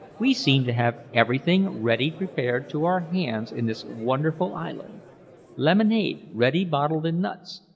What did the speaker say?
we seem to have everything ready prepared to our hands in this wonderful island lemonade ready bottled in nuts,